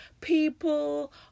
people